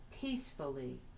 peacefully